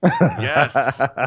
yes